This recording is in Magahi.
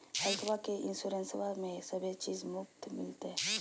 हेल्थबा के इंसोरेंसबा में सभे चीज मुफ्त मिलते?